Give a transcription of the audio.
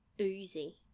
oozy